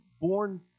born